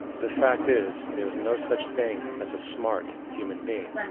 the fact is, there is no such thing as a smart human being,